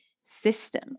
system